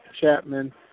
Chapman